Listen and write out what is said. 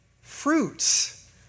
fruits